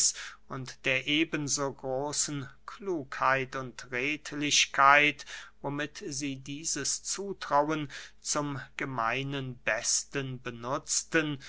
und der eben so großen klugheit und redlichkeit womit sie dieses zutrauen zum gemeinen besten benutzten